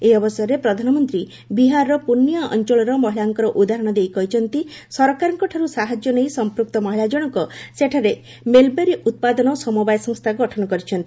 ଏହି ଅବସରରେ ପ୍ରଧାନମନ୍ତ୍ରୀ ବିହାରର ପୂର୍ନିଆ ଅଞ୍ଚଳର ମହିଳାଙ୍କର ଉଦାହରଣ ଦେଇ କହିଛନ୍ତି ସରକାରଙ୍କଠାରୁ ସାହାଯ୍ୟ ନେଇ ସମ୍ପୃକ୍ତ ମହିଳା ଜଣକ ସେଠାରେ ମଲ୍ବେରୀ ଉତ୍ପାଦନ ସମବାୟ ସଂସ୍ଥା ଗଠନ କରିଛନ୍ତି